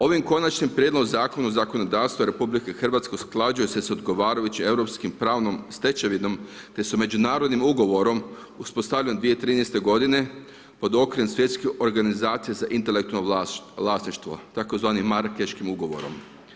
Ovim konačnim prijedlogom zakona u zakonodavstvu RH usklađuje se s odgovarajuće europskim pravnom stečevinom te sa međunarodnim ugovorom uspostavljen 2013. godine pod okriljem svjetske organizacije za intelektualno vlasništvo, tzv. Marakeškim ugovorom.